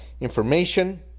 information